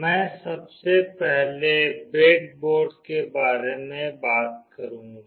मैं सबसे पहले ब्रेडबोर्ड के बारे में बात करूंगी